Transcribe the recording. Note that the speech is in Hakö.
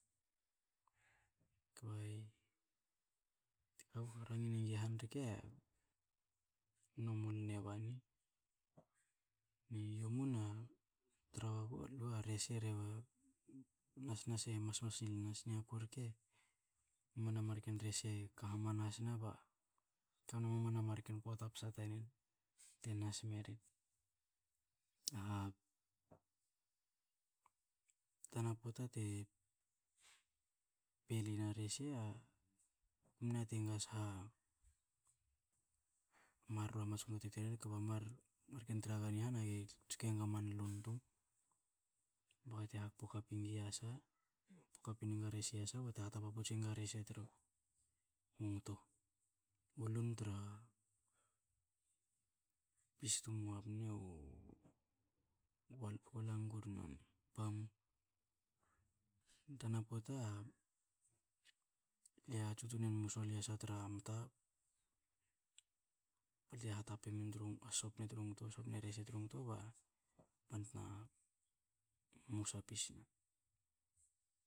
Kba a ko e rangin engi han reke, nomol ne bani. Ni yomun a tra wakuba rese e rehewa nas nas e mas nas i lma. Niaku rke, mamana marken rese ka hamansa ba kamna mamana marken pota psa tanen, te nas meren. A tana pota te peli na rese, ko mne yati enga saha marro hamatsku ntua te kterin kba mar- marken tagaga ni han a ge tsok e ngok a man lun tum, ba ga te hkopo kapi ni yasa, hkopo kapi nem a rese i yasa bte hatapa puts enga rese tra u ngto. U lun tra u pis ha pna wala ngur u pamu. Tana pota le hatsu tun enmu sol i yasa tra mta, bte hatapa amna sopne tru ngto, sopne rese tru ngto btna musa pisna.